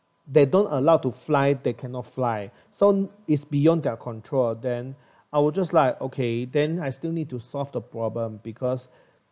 they don't allowed to fly they cannot fly so is beyond their control then I will just like okay then I still need to solve the problem because